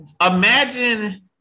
imagine